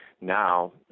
now